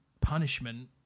punishment